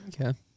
Okay